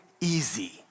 easy